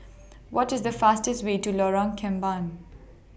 What IS The fastest Way to Lorong Kembagan